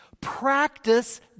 practice